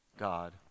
God